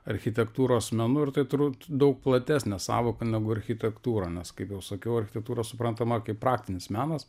architektūros menu ir tai turbūt daug platesnė sąvoka negu architektūra nes kaip jau sakiau architektūra suprantama kaip praktinis menas